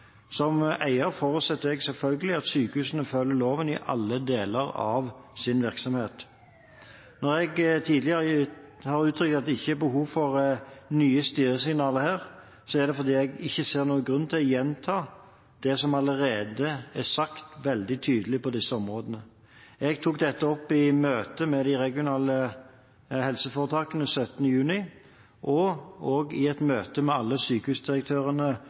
Som eier forutsetter jeg selvfølgelig at sykehusene følger loven i alle deler av sin virksomhet. Når jeg tidligere har uttrykt at det ikke er behov for nye styresignaler her, er det fordi jeg ikke ser noen grunn til å gjenta det som allerede er sagt veldig tydelig på disse områdene. Jeg tok dette opp i møte med de regionale helseforetakene den 17. juni og også i et møte med alle sykehusdirektørene